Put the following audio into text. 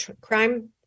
crime